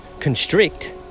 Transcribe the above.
constrict